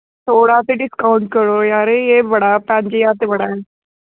थोह्ड़ा ते डिस्काऊंट करो यार एह् बड़ा पंज ज्हार बड़ा ऐ